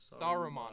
Saruman